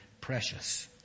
precious